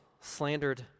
slandered